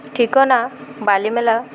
ଠିକଣା ବାଲିମେଲା